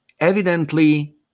Evidently